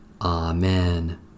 Amen